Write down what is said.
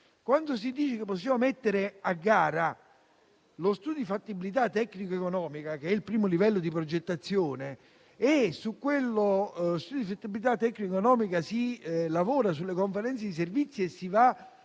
Quando si dice che possiamo mettere a gara lo studio di fattibilità tecnico-economica, che è il primo livello di progettazione, e su quello studio si lavora sulle Conferenze di servizi e si